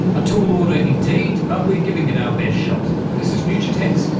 a tall order indeed but we're giving it our best shot. this is future tense,